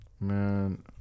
Man